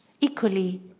equally